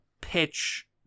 pitch